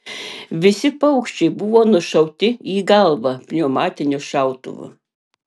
visi paukščiai buvo nušauti į galvą pneumatiniu šautuvu